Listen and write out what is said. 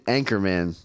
Anchorman